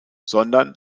sondern